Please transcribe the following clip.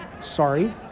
Sorry